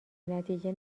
نتیجه